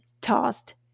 Tossed